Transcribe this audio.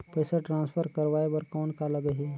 पइसा ट्रांसफर करवाय बर कौन का लगही?